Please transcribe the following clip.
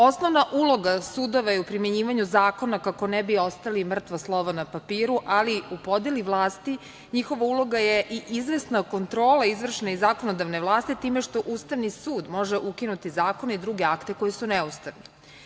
Osnovna uloga sudova je u primenjivanju zakona kako ne bi ostali mrtvo slovo na papiru, ali u podeli vlasti njihova uloga je i izvesna kontrola izvršne i zakonodavne vlasti time što Ustavni sud može ukinuti zakone i druge akte koji su neustavni.